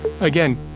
Again